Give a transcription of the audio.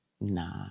Nah